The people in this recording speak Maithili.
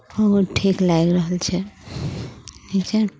ओहो ठीक लागि रहल छै ठीक छै